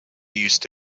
used